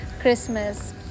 Christmas